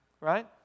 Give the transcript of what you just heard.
Right